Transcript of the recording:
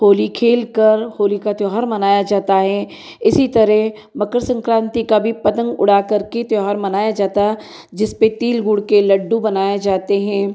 होली खेलकर होली का त्योहार मनाया जाता है इसी तरे मकर संक्रांति का बी पतंग उड़ाकर के त्योहार मनाया जाता जिसपे तिल गुड़ के लड्डू बनाया जाते हैं